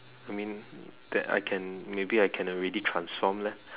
I mean that I can maybe I can already transform leh